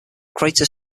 crater